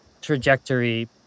trajectory